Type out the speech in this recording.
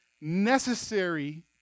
necessary